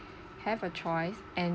have a choice and